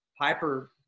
Piper